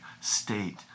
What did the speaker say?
State